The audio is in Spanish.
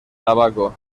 tabaco